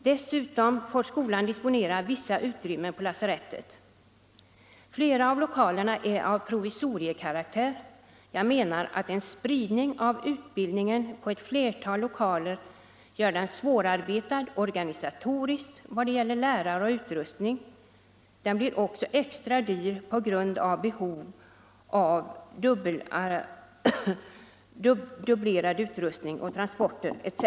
Dessutom får skolan disponera vissa utrymmen på lasarettet. Flera av lokalerna är av provisoriekaraktär — jag menar att en spridning av utbildningen på ett flertal lokaler gör den svårarbetad organisatoriskt i vad gäller lärare och utrustning. Den blir också extra dyr på grund av behov av dubblerad utrustning, transporter etc.